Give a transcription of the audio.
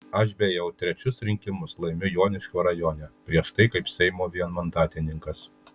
aš beje jau trečius rinkimus laimiu joniškio rajone prieš tai kaip seimo vienmandatininkas